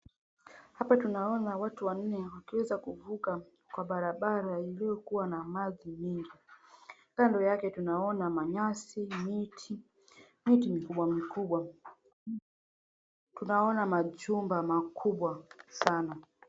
Hapa tunaona watu wanane wakiweza kuvuka kwa barabara iliyokua na maji mingi, kando yake tunaona manyasi miti, miti mikubwa mikubwa, tunaona majumba makubwa sana.